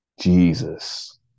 Jesus